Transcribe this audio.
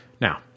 Now